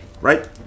right